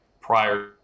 prior